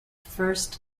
first